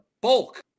bulk